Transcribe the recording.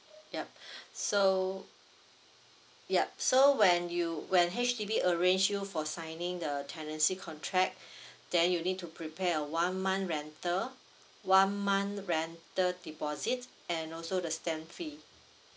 yup so yup so when you when H_D_B arrange you for signing the tenancy contract then you need to prepare a one month rental one month rental deposit and also the stamp fee